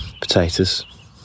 potatoes